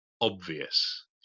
obvious